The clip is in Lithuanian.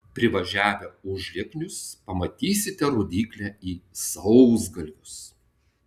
privažiavę užlieknius pamatysite rodyklę į sausgalvius